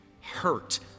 hurt